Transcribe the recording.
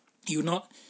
you not